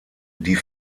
die